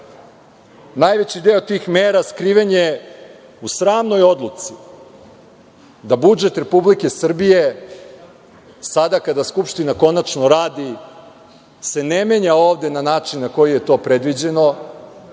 najveći deo tih mera skriven je u sramnoj odluci da budžet Republike Srbije, sada kada Skupština konačno radi, se ne menja ovde na način na koji je to predviđeno,